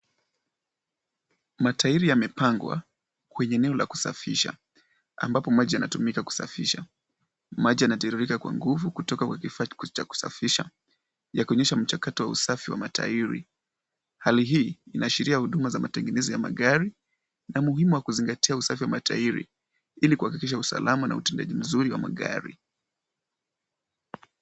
Matairi yamepangwa kwenye eneo la kusafisha, ambapo maji yanatumika kusafisha, maji yanatirirka kwa nguvu kutoka kwa kifaa cha kusafisha yakionyesha mchakato wa usafi wa matairi, hali hii inaashiria huduma za matengenezi ya magari na umuhimu wa kuzingatia usafi wa matairi, hii ni kuhakikisha kuwa usalama na utendaji mzuri wa magari.